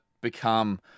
become